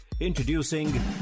Introducing